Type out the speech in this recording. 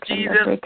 Jesus